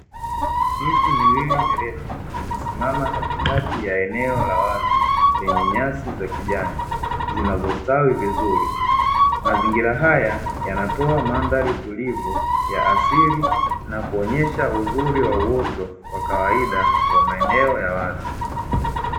Miti miwili mirefu imesimama katikati ya eneo la wazi lenye nyasi za kijani zinazostawi vizuri, mazingira haya yanatoa mandhari tulivu ya asili na kuonyesha uzuri wa uoto wa kawaida wa maeneo ya wazi.